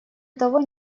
того